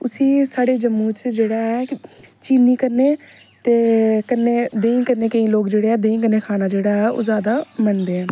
उसी साढ़े जम्मू च जेहडे़ है चीनी ते देहीं कन्नै केईं लोग जेहड़े ऐ देहीं कन्नै ज्यादा खंदे न